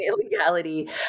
illegality